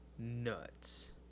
nuts